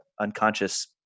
unconscious